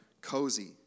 cozy